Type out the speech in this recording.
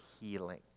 healing